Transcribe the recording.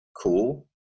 cool